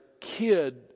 kid